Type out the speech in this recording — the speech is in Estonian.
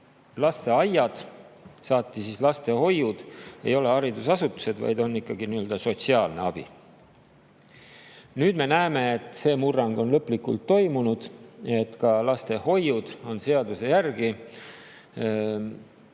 lasteaiad, saati siis lastehoiud, ei ole haridusasutused, vaid on ikkagi nii-öelda sotsiaalne abi. Nüüd me näeme, et see murrang on lõplikult toimunud. Ka lastehoiud on seaduse järgi